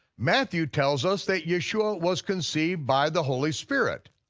matthew tells us that yeshua was conceived by the holy spirit.